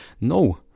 no